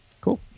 Cool